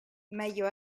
meglio